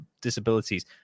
disabilities